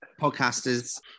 podcaster's